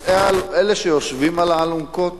אלה שיושבים על האלונקות